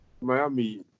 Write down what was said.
Miami